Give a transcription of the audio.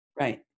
right